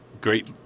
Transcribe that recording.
great